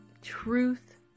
truth